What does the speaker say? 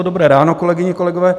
Dobré ráno, kolegyně, kolegové.